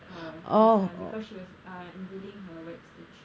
this [one] because she was unveiling her wax statue ya